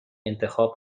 انتخاب